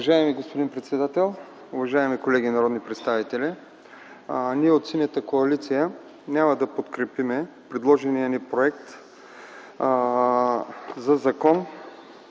Уважаеми господин председател, уважаеми колеги народни представители! Ние от Синята коалиция няма да подкрепим предложения ни Законопроект за данък